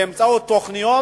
באמצעות תוכניות,